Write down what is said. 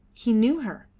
he knew her.